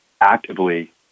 actively